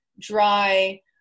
dry